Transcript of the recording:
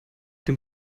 dem